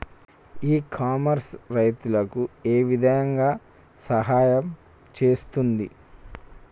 ఇ commerce రైతులకు ఏ విధంగా సహాయం చేస్తుంది?